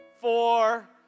four